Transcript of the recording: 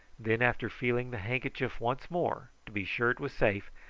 then after feeling the handkerchief once more, to be sure it was safe,